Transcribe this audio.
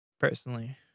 personally